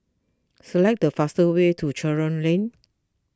select the fastest way to Charlton Lane